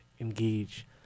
engage